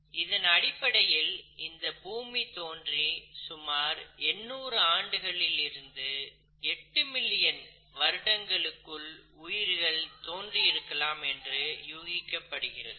இதன் அடிப்படையில் இந்த பூமி தோன்றி சுமார் 800 ஆண்டுகளில் இருந்து 8 மில்லியன் வருடங்களுக்குள் உயிர்கள் தோன்றி இருக்கலாம் என்று யூகிக்கப்படுகிறது